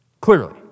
Clearly